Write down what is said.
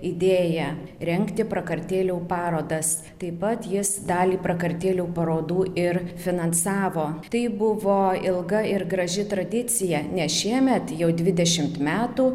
idėją rengti prakartėlių parodas taip pat jis dalį prakartėlių parodų ir finansavo tai buvo ilga ir graži tradicija nes šiemet jau dvidešimt metų